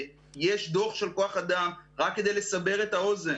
יש דוח של כוח אדם רק כדי לסבר את האוזן